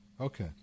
Okay